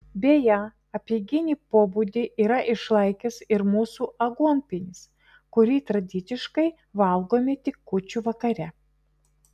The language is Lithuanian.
beje apeiginį pobūdį yra išlaikęs ir mūsų aguonpienis kurį tradiciškai valgome tik kūčių vakare